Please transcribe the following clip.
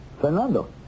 Fernando